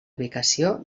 ubicació